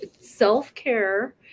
self-care